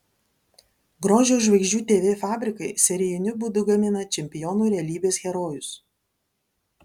grožio ir žvaigždžių tv fabrikai serijiniu būdu gamina čempionų realybės herojus